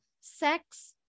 sex